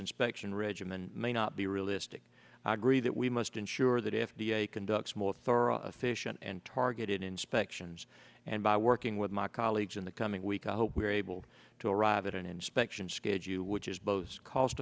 inspection regimen may not be realistic i agree that we must ensure that f d a conducts more thorough efficient and targeted inspections and by working with my colleagues in the coming week i hope we are able to arrive at an inspection schedule which is both cost